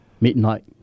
midnight